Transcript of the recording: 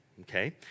Okay